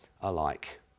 alike